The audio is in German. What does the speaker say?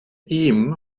ihm